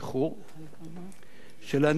ולעניות דעתי,